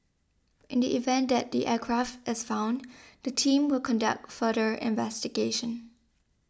in the event that the aircraft is found the team will conduct further investigation